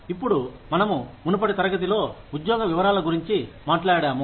ఇప్పుడు మనము మునుపటి తరగతిలో ఉద్యోగ వివరాల గురించి మాట్లాడాము